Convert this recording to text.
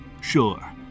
Sure